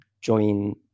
join